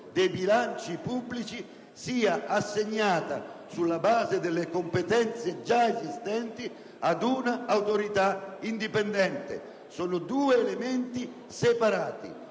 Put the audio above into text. dei bilanci pubblici sia assegnata sulla base delle competenze già esistenti ad un'autorità indipendente. Sono due elementi separati: